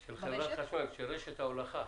של חברת חשמל, של רשת ההולכה?